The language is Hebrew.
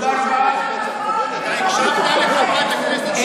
הקשבת לחברת הכנסת,